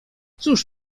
cóż